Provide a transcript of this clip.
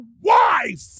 wife